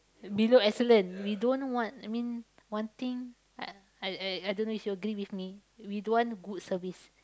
below excellent we don't want I mean one thing I I I I don't know if you agree with me we don't want good service